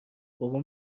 بابام